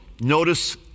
notice